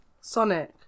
Sonic